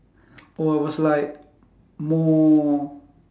oh I was like more